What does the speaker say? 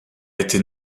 été